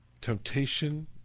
Temptation